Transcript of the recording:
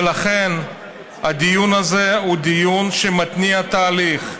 ולכן הדיון הזה הוא דיון שמתניע תהליך,